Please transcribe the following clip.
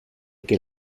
que